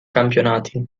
campionati